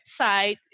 website